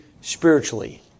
spiritually